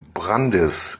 brandis